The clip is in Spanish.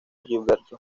gilberto